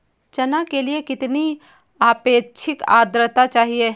चना के लिए कितनी आपेक्षिक आद्रता चाहिए?